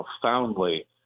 profoundly